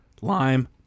lime